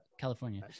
California